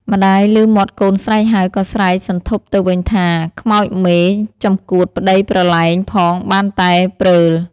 ម្ដាយឮមាត់កូនស្រែកហៅ ក៏ស្រែកសន្ធាប់ទៅវិញថា “ខ្មោចមេ ចំកួតប្ដីប្រលែងផងបានតែព្រើល” ។